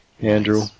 Andrew